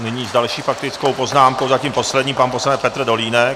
Nyní s další faktickou poznámkou, zatím poslední, pan poslanec Petr Dolínek.